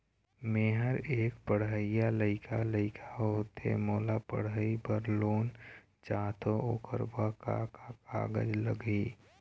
मेहर एक पढ़इया लइका लइका होथे मोला पढ़ई बर लोन चाहथों ओकर बर का का कागज लगही?